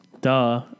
Duh